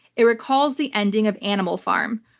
it recalls the ending of animal farm,